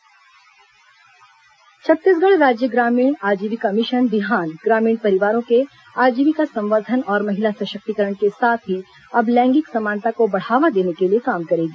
लैंगिक समानता कार्यशाला छत्तीसगढ़ राज्य ग्रामीण आजीविका मिशन बिहान ग्रामीण परिवारों के आजीविका संवर्धन और महिला सशक्तिकरण के साथ ही अब लैंगिक समानता को बढ़ावा देने के लिए काम करेगी